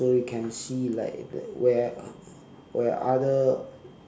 so you can see like where where other